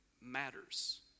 matters